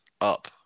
Up